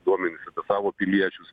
duomenis apie savo piliečius